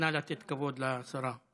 נא לתת כבוד לשרה.